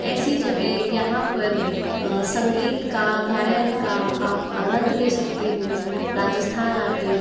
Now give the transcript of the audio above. ऐसी जगह यहाँ पर संगीत का गायन का आप आनंद ले सकते हो राजस्थान आकर